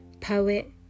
poet